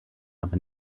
aber